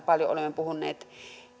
paljon olemme puhuneet